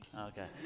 Okay